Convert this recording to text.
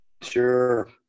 sure